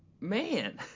man